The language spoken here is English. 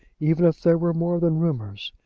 even if there were more than rumours?